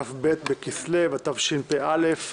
כ"ב בכסלו התשפ"א,